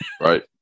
Right